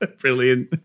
Brilliant